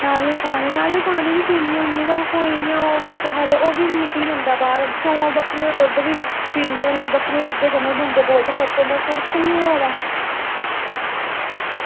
केह् आक्खदे ओह् पानी बी पीनी होनी खड़ोइयै ते ओह्बी निकली जंदा बाहर भी ओह् दुद्ध बी पीनी होनी ओह् आक्खदे बक्करी दे दुद्ध कन्नै फर्क पौंदा पर फर्क निं होआ दा